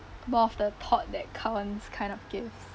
both of the thought that counts kind of gifts